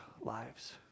lives